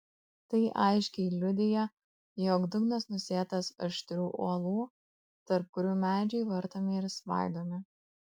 tai aiškiai liudija jog dugnas nusėtas aštrių uolų tarp kurių medžiai vartomi ir svaidomi